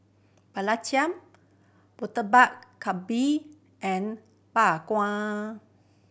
Murtabak Kambing and Bak Kwa